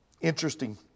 Interesting